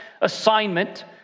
assignment